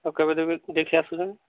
ଆଉ କେବେ ଦେବି